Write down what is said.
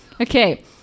okay